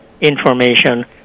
information